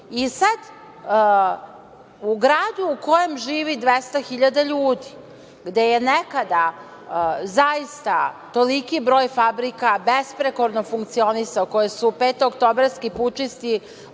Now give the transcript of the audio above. u gradu u kojem živi 200 hiljada ljudi, gde je nekada zaista toliki broj fabrika besprekorno funkcionisao, koje se petooktobarski pučisti